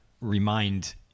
remind